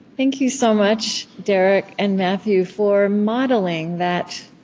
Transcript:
thank you so much, derek and matthew, for modeling that,